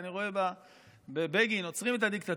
אני רואה בבגין "עוצרים את הדיקטטורה".